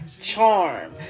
charm